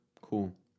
Cool